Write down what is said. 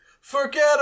forget